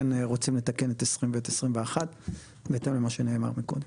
רוצים לתקן את 20 ו-21 בהתאם למה שנאמר קודם.